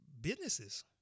businesses